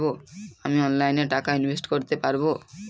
আমি অনলাইনে টাকা ইনভেস্ট করতে পারবো?